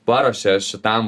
paruošė šitam